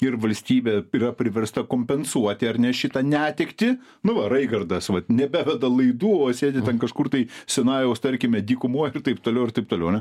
ir valstybė yra priversta kompensuoti ar ne šitą netektį nu va reichardas vat nebeveda laidų o sėdi ten kažkur tai sinajaus tarkime dykumoj ir taip toliau ir taip toliau ane